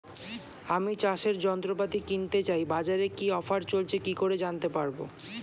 আমি চাষের যন্ত্রপাতি কিনতে চাই বাজারে কি কি অফার চলছে কি করে জানতে পারবো?